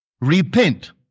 repent